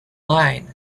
line